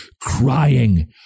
Crying